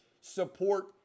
support